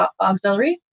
Auxiliary